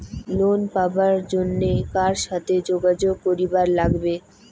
Loan পাবার জন্যে কার সাথে যোগাযোগ করিবার লাগবে?